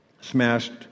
Smashed